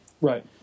Right